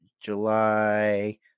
July